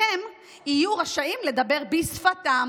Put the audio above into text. והם יהיו רשאים לדבר בשפתם".